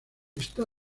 está